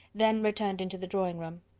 then returned into the drawing-room.